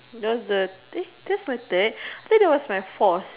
just the day that's my third I thought that was my forth